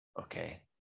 okay